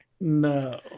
No